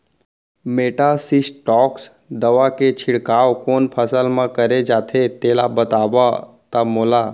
Metasystox दवा के छिड़काव कोन फसल म करे जाथे तेला बताओ त मोला?